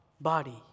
body